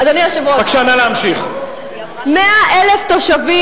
100,000 תושבים,